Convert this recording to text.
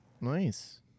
Nice